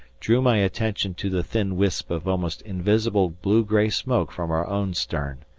drew my attention to the thin wisp of almost invisible blue-grey smoke from our own stern.